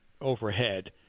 overhead